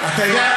אתה יודע,